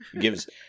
Gives